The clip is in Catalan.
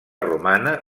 romana